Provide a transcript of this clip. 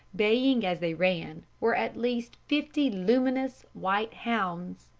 baying as they ran, were, at least, fifty luminous, white hounds.